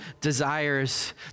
desires